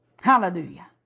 Hallelujah